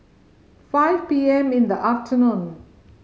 five P M in the afternoon